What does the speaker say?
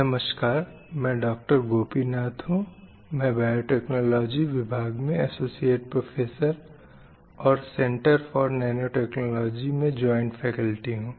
नमस्कार मैं डॉक्टर गोपीनाथ हूँ मैं बायोटेक्नॉलॉजी विभाग में असोसीयट प्रोफ़ेसर और सेंटर फ़ोर नैनों टेक्नॉलजी में जवाइंट फ़ैकल्टी हूँ